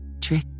Trick